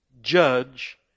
judge